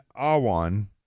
Awan